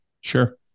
Sure